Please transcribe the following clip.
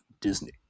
Disney